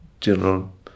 general